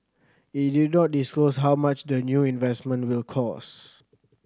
it did not disclose how much the new investment will cost